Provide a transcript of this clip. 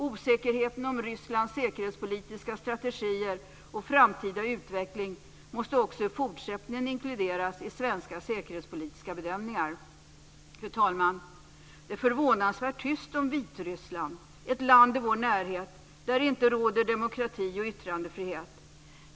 Osäkerheten om Rysslands säkerhetspolitiska strategier och framtida utveckling måste också i fortsättningen inkluderas i svenska säkerhetspolitiska bedömningar. Fru talman! Det är förvånansvärt tyst om Vitryssland - ett land i vår närhet där det inte råder demokrati och yttrandefrihet.